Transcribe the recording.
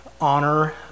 honor